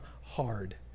hard